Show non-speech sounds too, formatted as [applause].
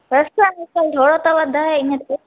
बसि [unintelligible] त थोरो त वधायो इनते